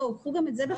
קחו גם את זה בחשבון.